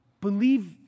believe